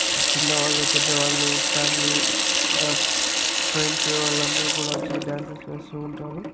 చిన్నవాళ్ళు పెద్దవాళ్ళు ఫ్యామిలీ ఇంకా ఫ్రెండ్స్ వాళ్ళందరూ కూడా వచ్చి డ్యాన్సస్ వేస్తూ ఉంటారు